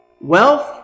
Wealth